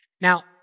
Now